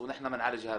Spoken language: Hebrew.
בערבית).